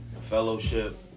Fellowship